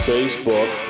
Facebook